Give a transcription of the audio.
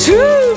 Two